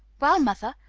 well, mother,